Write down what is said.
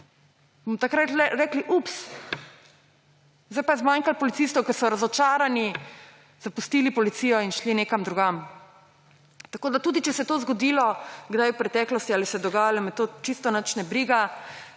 Bomo tako rekli: Ups, zdaj pa je zmanjkalo policistov, ki so razočarani zapustili policijo in šli nekam drugam? Tudi, če se je to zgodilo kdaj v preteklosti ali se je dogajalo, me to čisto nič ne briga,